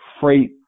freight